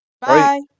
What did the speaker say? Bye